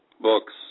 books